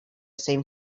same